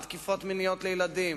על תקיפות מיניות של ילדים,